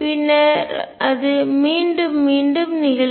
பின்னர் அது மீண்டும் மீண்டும் நிகழ்கிறது